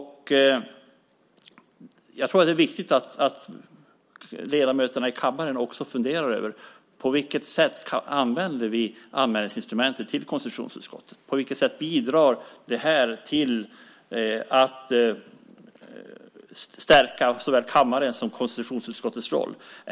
Jag tror att det är viktigt att ledamöterna i kammaren funderar över på vilket sätt vi använder anmälningsinstrumentet när det gäller konstitutionsutskottet. På vilket sätt bidrar det till att stärka såväl kammarens som konstitutionsutskottets roll?